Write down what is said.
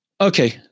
Okay